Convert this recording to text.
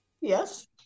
yes